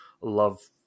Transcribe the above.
love